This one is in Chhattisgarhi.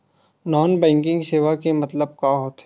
नॉन बैंकिंग सेवा के मतलब का होथे?